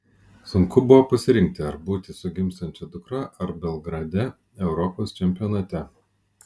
sunku buvo pasirinkti ar būti su gimstančia dukra ar belgrade europos čempionate